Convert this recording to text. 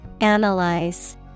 Analyze